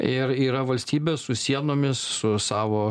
ir yra valstybės su sienomis su savo